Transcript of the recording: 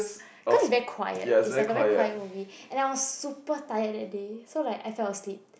cause it's very quiet it's like a very quiet movie and I was super tired that day so like I felt asleep